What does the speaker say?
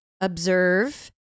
observe